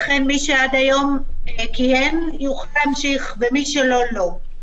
כן, מי שעד היום כיהן יוכל להמשיך, ומי שלא לא.